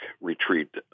retreat